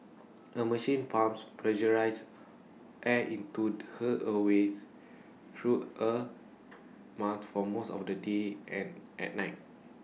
A machine pumps pressurised air into her airways through A mask for most of the day and at night